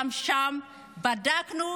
גם שם בדקנו.